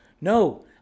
no